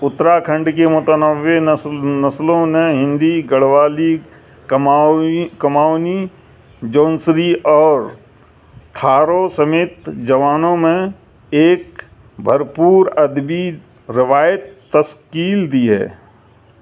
اتراکھنڈ کی متنوع نسل نسلوں نے ہندی گڑھوالی کماوی کماؤنی جونسری اور تھارو سمیت جوانوں میں ایک بھرپور ادبی روایت تسکیل دی ہے